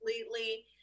completely